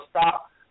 stop